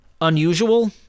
unusual